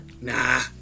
Nah